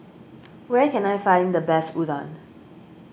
where can I find the best Udon